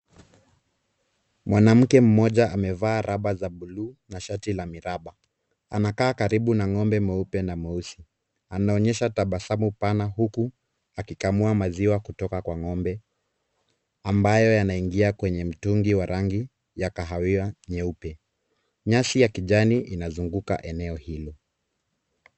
Mwanamke mmoja amevaa rubber za bluu na shati la miraba, anakaa karibu na ng'ombe mweupe na mweusi, anaonyesha tabasamu pana huku akikamua maziwa kutoka kwa ng'ombe ambayo yanaingia kwenye mtungi wa rangi ya kahawia nyeupe, nyasi ya kijani inazunguka eneo hilo.